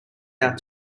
out